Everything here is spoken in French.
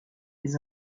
les